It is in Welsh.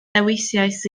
dewisais